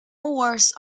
worse